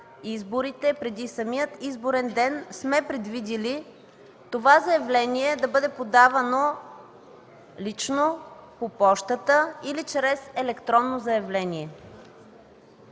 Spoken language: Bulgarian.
на изборите, преди самия изборен ден, това заявление да бъде подавано лично, по пощата или чрез електронно заявление.